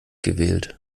gewählt